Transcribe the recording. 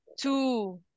two